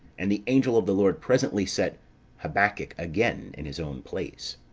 and the angel of the lord presently set habacuc again in his own place.